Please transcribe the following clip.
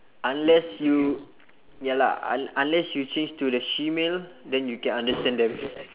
unless you ya lah un~ unless you change to the shemale then you can understand them